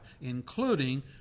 including